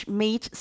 meat